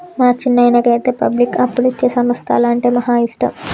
మా చిన్నాయనకైతే పబ్లిక్కు అప్పులిచ్చే సంస్థలంటే మహా ఇష్టం